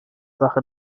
sache